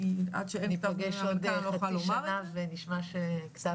האם כשניפגש עוד חצי שנה האם נשמע שכבר